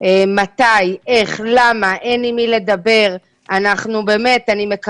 למה מותר להתאמן 20